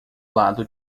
lado